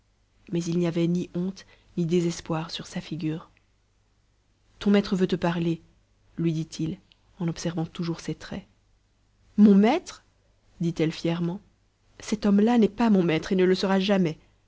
mais il n'y avait ni honte ni désespoir sur sa figure ton maître veut te parler lui dit-il en observant toujours ses traits mon maître dit-elle fièrement cet homme-là n'est pas mon maître et ne le sera jamais